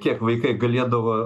kiek vaikai galėdavo